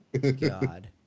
God